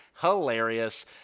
hilarious